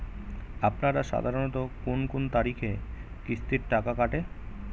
আপনারা সাধারণত কোন কোন তারিখে কিস্তির টাকা কাটে?